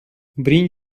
bring